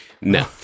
No